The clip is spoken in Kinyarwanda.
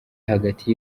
hagati